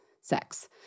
sex